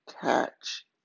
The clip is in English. catch